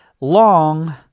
Long